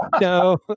no